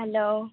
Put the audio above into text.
hello